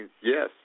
Yes